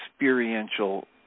experiential